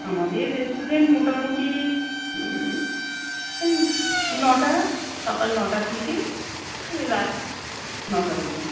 আমাদের রেস্টুরেন্ট মোটামুটি এই নটা সকাল নটা থেকে ওই রাত নটা অবধি